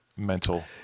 mental